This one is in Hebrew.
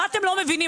מה אתם לא מבינים?